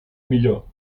millor